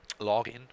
login